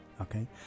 Okay